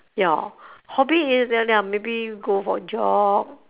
ya hobby is like maybe I go for a jog